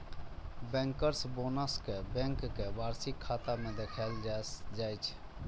bankers bonus कें bank के वार्षिक खाता मे देखाएल जाइ छै